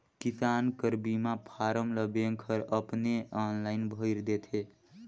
किसान कर बीमा फारम ल बेंक हर अपने आनलाईन भइर देथे